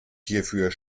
hierfür